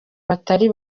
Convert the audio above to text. batari